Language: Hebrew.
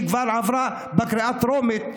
שכבר עברה בקריאה טרומית,